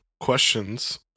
Questions